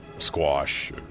squash